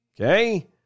Okay